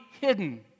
hidden